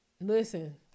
listen